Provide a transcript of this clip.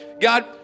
God